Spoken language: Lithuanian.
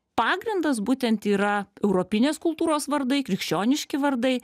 pagrindas būtent yra europinės kultūros vardai krikščioniški vardai